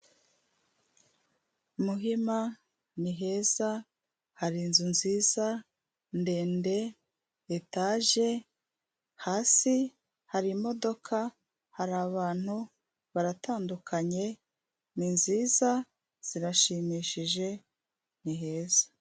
Muhima ni heza hari inzu nziza ndende etaje hasi hari imodoka hari abantu baratandukanye ni nziza zirashimishije ni heza.